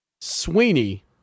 Sweeney